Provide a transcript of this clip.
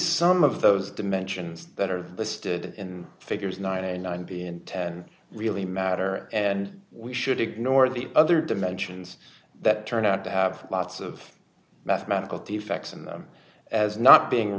some of those dimensions that are listed in figures ninety nine b and ten really matter and we should ignore the other dimensions that turn out to have lots of mathematical defects in them as not being